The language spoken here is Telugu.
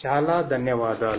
చాలా ధన్యవాదాలు